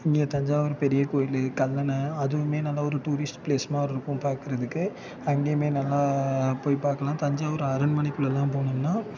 இங்கே தஞ்சாவூர் பெரிய கோவிலு கல்லணை அதுவும் நல்ல ஒரு டூரிஸ்ட் ப்ளேஸ் மாதிரி இருக்கும் பாக்கிறதுக்கு அங்கேயுமே நல்லா போய் பார்க்கலாம் தஞ்சாவூர் அரண்மனைக்குள்ளேலாம் போனோம்னா